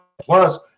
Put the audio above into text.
Plus